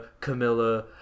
Camilla